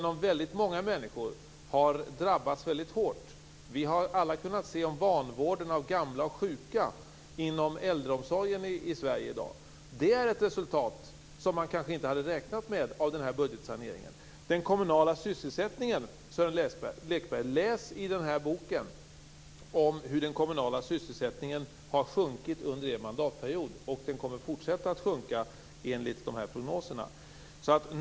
Många människor har drabbats hårt. Vi har alla kunnat se vanvården av gamla och sjuka inom äldreomsorgen i Sverige i dag. Det är ett resultat som man kanske inte hade räknat med i budgetsaneringen. Läs i den här boken, Sören Lekberg, om hur nivån på den kommunala sysselsättningen har sjunkit under er mandatperiod, och den kommer enligt prognoserna att fortsätta att sjunka.